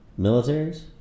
Militaries